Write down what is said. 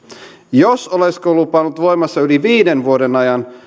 jos oleskelulupa on ollut voimassa yli viiden vuoden ajan